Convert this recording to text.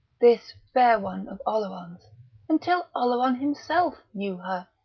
this fair one of oleron's, until oleron himself knew her?